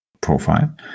profile